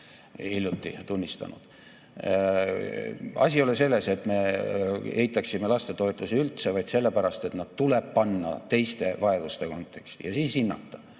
hiljuti tunnistanud. Asi ei ole mitte selles, et me eitaksime lastetoetusi üldse, vaid selles, et nad tuleb panna teiste vajaduste konteksti ja siis hinnata,